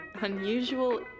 unusual